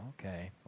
Okay